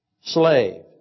slave